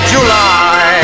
July